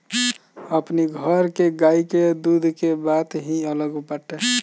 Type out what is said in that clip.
अपनी घर के गाई के दूध के बात ही अलग बाटे